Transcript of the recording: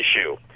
issue